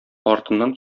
артыннан